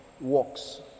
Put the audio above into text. works